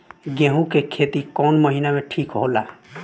गेहूं के खेती कौन महीना में ठीक होला?